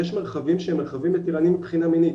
יש מרחבים שהם מרחבים מתירנית מבחינה מינית,